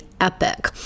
epic